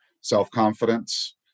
self-confidence